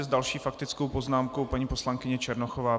S další faktickou poznámkou paní poslankyně Černochová.